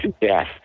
Yes